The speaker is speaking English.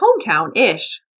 hometown-ish